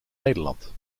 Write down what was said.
nederland